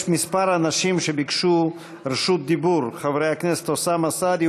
יש כמה אנשים שביקשו רשות דיבור: חברי הכנסת אוסאמה סעדי,